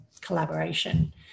collaboration